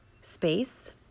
space